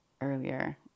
earlier